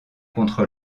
contre